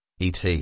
ET